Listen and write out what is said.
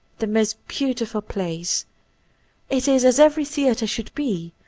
the most beautiful plays it is, as every theatre should be,